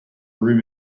room